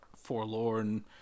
forlorn